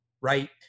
right